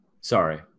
Sorry